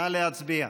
נא להצביע.